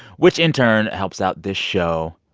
which in turn helps out this show.